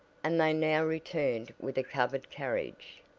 and they now returned with a covered carriage.